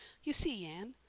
you see, anne,